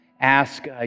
ask